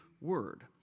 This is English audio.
word